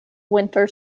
winter